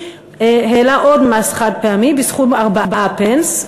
העלה עוד מס חד-פעמי בסכום 4 פנס.